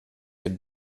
dem